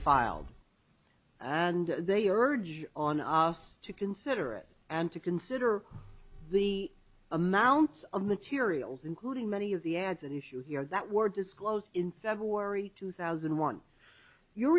filed and they urge on os to consider it and to consider the amounts of materials including many of the ads at issue here that were disclosed in february two thousand